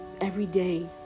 everyday